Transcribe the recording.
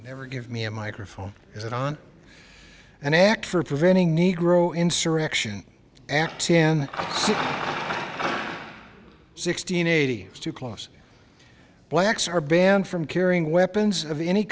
never give me a microphone is it on an act for preventing negro insurrection act ten sixteen eighty two plus blacks are banned from carrying weapons of any